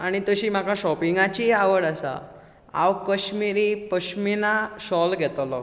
आनी तशी म्हाका शॉपींगाची आवड आसा हांव कश्मीरी पश्मीना शॉल घेतोलो